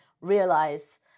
realize